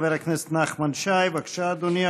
חבר הכנסת נחמן שי, בבקשה, אדוני.